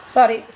Sorry